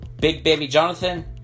BigBabyJonathan